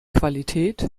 qualität